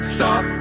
Stop